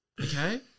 Okay